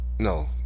No